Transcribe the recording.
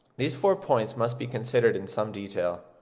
these four points must be considered in some detail.